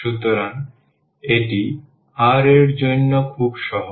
সুতরাং এটি r এর জন্য খুব সহজ